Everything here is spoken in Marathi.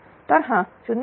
तर हा 0